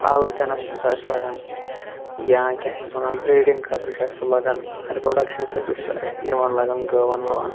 ہل دِنس چھُ سُہ اسہِ لگان یا کیٛاہ چھِس ونان بریٖڈنٛگ خٲطرٕ چھُ سُہ اسہِ لگان رپوڈکشن خٲطرٕ چھُ سُہ یِمن لگان گٲون وٲون